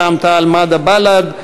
רע"ם-תע"ל-מד"ע ובל"ד,